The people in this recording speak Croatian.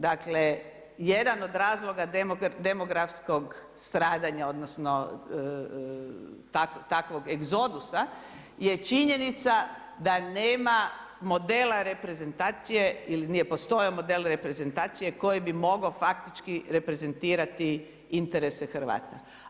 Dakle, jedan od razloga demografskog stradanja, odnosno, takvog egzodusa, činjenica je da nema modela reprezentacije niti je postojao model reprezentacije koje bi mogao faktički reprezentirati interese Hrvata.